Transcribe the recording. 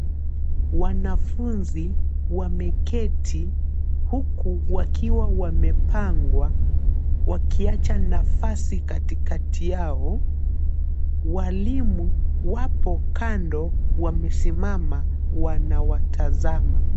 Wanafunzi wameketi huku wakiwa wamepangwa wakiacha nafasi katikati yao. Walimu wapo kando wamesimama wanawatazama.